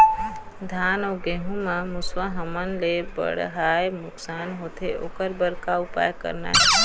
धान अउ गेहूं म मुसवा हमन ले बड़हाए नुकसान होथे ओकर बर का उपाय करना ये?